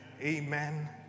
Amen